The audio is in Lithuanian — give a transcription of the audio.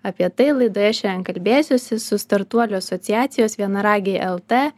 apie tai laidoje šiandien kalbėsiuosi su startuolių asociacijos vienaragiai lt